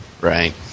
Right